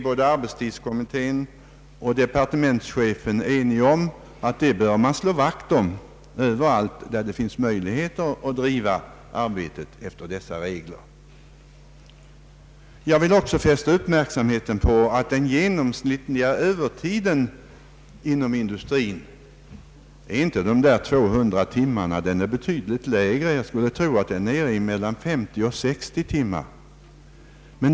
Både arbetstidskommittén och departementschefen är eniga om att man bör slå vakt om detta överallt där det finns möjligheter att driva arbetet efter dessa regler. Jag vill också fästa uppmärksamheten på att den genomsnittliga övertiden inom industrin inte är 200 timmar om året, den är betydligt lägre. Jag skulle tro att den är nere i mellan 50 och 60 timmar.